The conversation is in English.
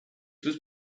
was